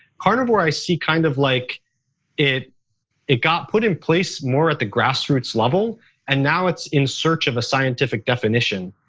carnivore i see kind of like it it got put in place more at the grassroots level and now it's in search of a scientific definition.